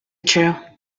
true